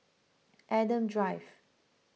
Adam Drive